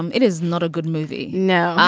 um it is not a good movie. no,